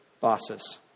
bosses